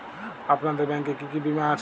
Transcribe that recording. আপনাদের ব্যাংক এ কি কি বীমা আছে?